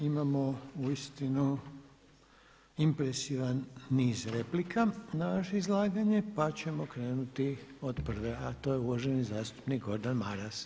Imamo uistinu impresivan niz replika na vaše izlaganje pa ćemo krenuti od prve a to je uvaženi zastupnik Gordan Maras.